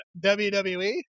WWE